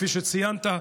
כפי שציינת,